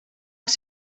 els